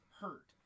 hurt